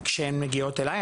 כשהם מגיעות אליי,